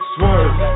swerve